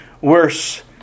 worse